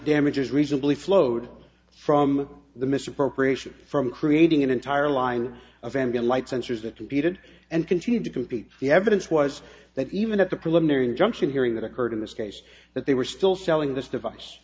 damages reasonably flowed from the misappropriation from creating an entire line of ambient light sensors that competed and continued to compete the evidence was that even at the preliminary injunction hearing that occurred in this case that they were still selling this device